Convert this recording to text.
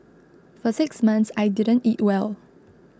for six months I didn't eat well